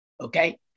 okay